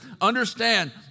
understand